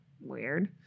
Weird